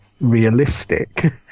realistic